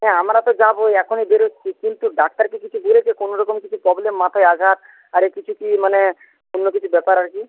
হ্যাঁ আমরা তো যাবই এখনই বেরোচ্ছি কিন্তু ডাক্তার কি কিছু বলেছে কোনোরকম কিছু প্রবলেম মাথায় আঘাত আরে কিছু কি মানে অন্য কিছু ব্যাপার আর কি